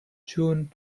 june